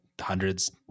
hundreds